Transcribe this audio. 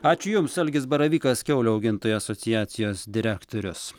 ačiū jums algis baravykas kiaulių augintojų asociacijos direktorius